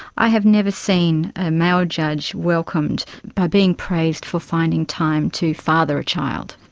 i have never seen a male judge welcomed by being praised for finding time to father a child.